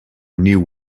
new